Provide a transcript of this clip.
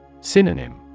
Synonym